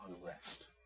unrest